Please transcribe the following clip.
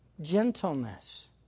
gentleness